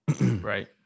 Right